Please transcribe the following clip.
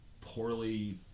poorly